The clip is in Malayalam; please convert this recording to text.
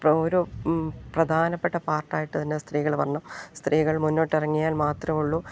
ഒരു പ്രധാനപ്പെട്ട പാർട്ടായിട്ടു തന്നെ സ്ത്രീകൾ വരണം സ്ത്രീകൾ മുന്നോട്ടിറങ്ങിയാൽ മാത്രമേയുള്ളൂ